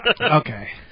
Okay